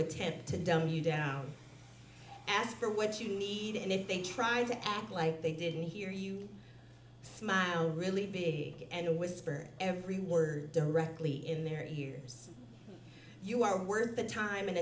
attempt to dumb you down ask for what you need and if they tried to act like they didn't hear you smiling really big and whisper every word directly in their hears you are worth the time and